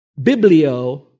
Biblio